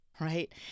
right